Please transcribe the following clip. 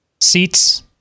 seats